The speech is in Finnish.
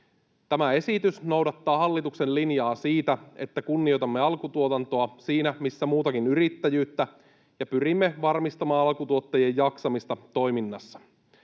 Tämä esitys noudattaa hallituksen linjaa siinä, että kunnioitamme alkutuotantoa siinä missä muutakin yrittäjyyttä ja pyrimme varmistamaan alkutuottajien jaksamista toiminnassaan.